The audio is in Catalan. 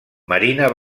marina